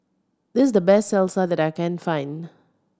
this is the best Salsa that I can find